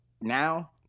now